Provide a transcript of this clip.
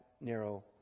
narrow